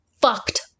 fucked